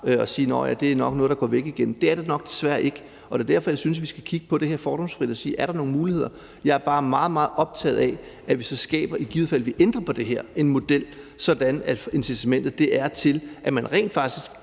at sige, at det nok er noget, der går væk igen. Det er det nok desværre ikke. Det er derfor, jeg synes, vi skal kigge på det her fordomsfrit og spørge, om der er nogle muligheder. Jeg er bare meget, meget optaget af, at vi, i fald vi ændrer på det her, skaber en model, hvor incitamentet er til, at man rent faktisk